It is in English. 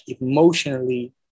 emotionally